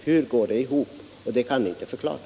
Hur går det ihop? Det kan ni inte förklara.